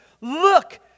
look